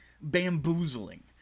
bamboozling